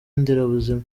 nderabuzima